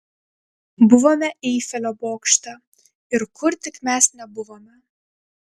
buvome eifelio bokšte ir kur tik mes nebuvome